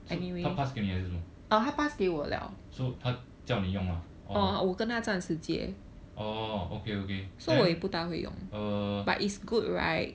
她 pass 给你还是什么 so 她叫你用啦 or orh okay okay then uh